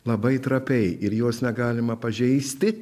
labai trapiai ir jos negalima pažeisti